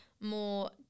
more